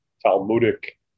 Talmudic